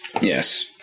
Yes